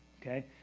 okay